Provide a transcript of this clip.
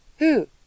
Who